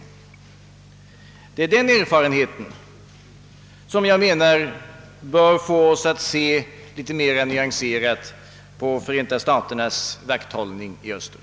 Det är den erfarenheten som jag menar bör få oss att se litet mera nyanserat på Förenta staternas vakthållning i öster.